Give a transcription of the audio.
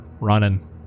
running